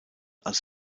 als